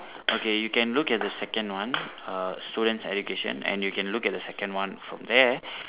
okay you can look at the second one uh student's education and you can look at the second one from there